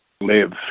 live